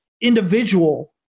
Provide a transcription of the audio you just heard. individual